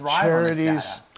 charities